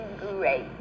great